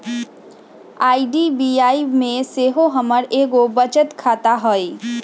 IDBI में सेहो हमर एगो बचत खता हइ